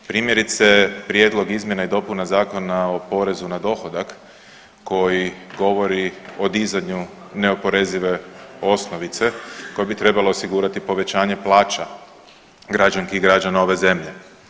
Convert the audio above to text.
Primjerice prijedlog izmjena i dopuna Zakona o porezu na dohodak koji govori o dizanju neoporezive osnovnice koja bi trebala osigurati povećanje plaća građanki i građana ove zemlje.